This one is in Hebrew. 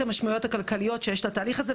המשמעויות הכלכליות שיש לתהליך הזה,